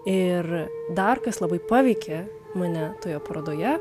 ir dar kas labai paveikė mane toje parodoje